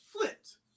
flipped